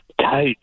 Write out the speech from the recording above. tight